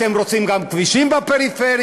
אתם רוצים גם כבישים בפריפריה,